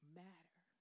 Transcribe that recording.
matter